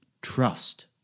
Trust